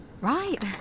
right